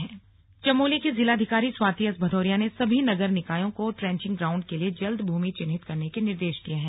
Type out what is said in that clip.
slug बैठक चमोली चमोली की जिलाधिकारी स्वाति एस भदौरिया ने सभी नगर निकायों को ट्रेंचिंग ग्राउंड के लिए जल्द भूमि चिन्हित करने के निर्देश दिए हैं